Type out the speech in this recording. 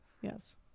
Yes